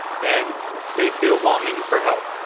and they feel longing for help.